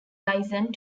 license